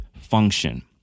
function